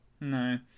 no